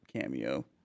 cameo